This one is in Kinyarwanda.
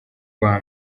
rwa